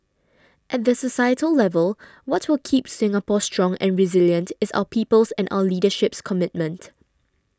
at the societal level what will keep Singapore strong and resilient is our people's and our leadership's commitment